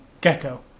gecko